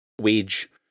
wage